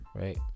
Right